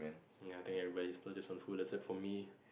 ya I think everyone splurges on some food except for me